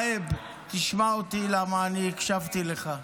תשמע אותי, כי אני הקשבתי לך.